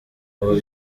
ubu